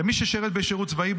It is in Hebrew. למי ששירת בשירות צבאי,